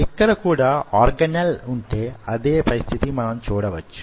ఇక్కడ కూడా ఆర్గనల్ వుంటే అదే పరిస్థితి మనం చూడవచ్చు